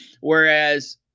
Whereas